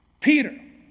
Peter